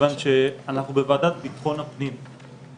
מכיוון שאנחנו בוועדת ביטחון הפנים,